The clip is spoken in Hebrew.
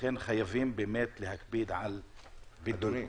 לכן חייבים באמת להקפיד על בידוד.